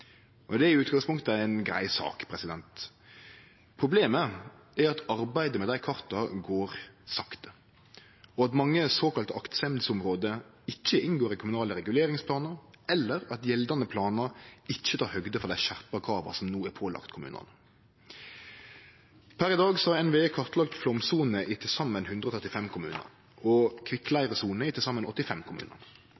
Det er i utgangspunktet ei grei sak. Problemet er at arbeidet med dei karta går sakte, og at mange såkalla aktsemdsområde ikkje inngår i kommunale reguleringsplanar, eller at gjeldande planar ikkje tek høgde for dei skjerpa krava som no er pålagde kommunane. Per i dag har NVE kartlagt flaumsoner i til saman 135 kommunar og kvikkleiresoner i til saman 85 kommunar.